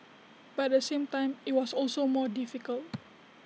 but at the same time IT was also more difficult